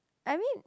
I mean